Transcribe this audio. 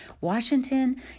Washington